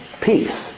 peace